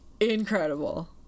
incredible